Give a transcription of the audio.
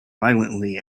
violently